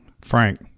Frank